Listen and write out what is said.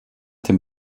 dem